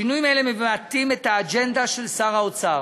שינויים אלה מבטאים את האג'נדה של שר האוצר,